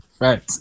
Right